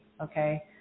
okay